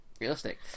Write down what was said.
realistic